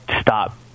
stop